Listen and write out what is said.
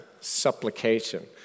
supplication